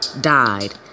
Died